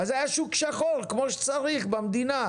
אז היה שוק שחור כמו שצריך במדינה,